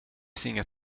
finns